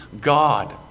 God